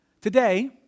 Today